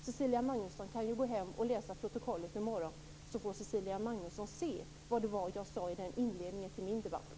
Cecilia Magnusson kan läsa protokollet i morgon, så hon får se vad det var jag sade i inledningen till min anförande.